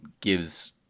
gives –